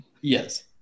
Yes